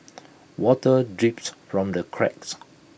water drips from the cracks